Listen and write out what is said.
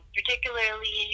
particularly